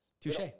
Touche